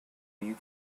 you